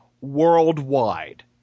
worldwide